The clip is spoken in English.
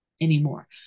anymore